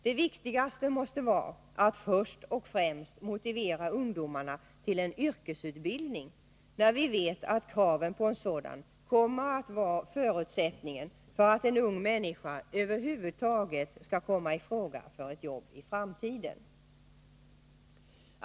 Det viktigaste måste vara att först och främst motivera ungdomarna till en yrkesutbildning, när vi vet att kraven på en sådan kommer att vara förutsättningen för att en ung människa över huvud taget skall komma ii fråga för ett jobb i framtiden.